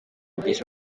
byinshi